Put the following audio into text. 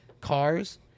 cars